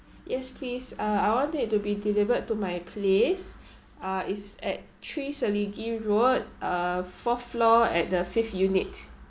yes please uh I want it to be delivered to my place uh it's at three selegie road uh fourth floor at the fifth unit